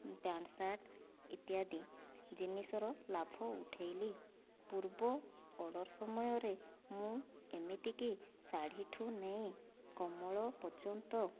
pant shirt ଇତ୍ୟାଦି ଜିନିଷର ଲାଭ ଉଠେଇଲି ପୂର୍ବ ଅର୍ଡ଼ର ସମୟରେ ମୁଁ ଏମିତିକି ଶାଢ଼ୀ ଠାରୁ ନେଇ କମ୍ବଳ ପର୍ଯ୍ୟନ୍ତ